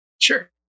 Sure